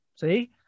See